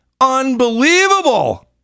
unbelievable